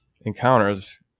encounters